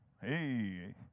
Hey